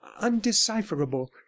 undecipherable